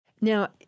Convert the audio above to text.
Now